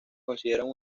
consideran